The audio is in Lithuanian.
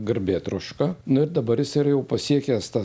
garbėtroška nu ir dabar jis yra jau pasiekęs tą